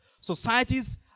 societies